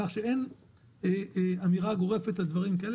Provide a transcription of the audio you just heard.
כך שאין אמירה גורפת לדברים האלה.